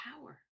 power